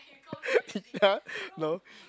ya no